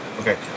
Okay